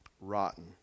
rotten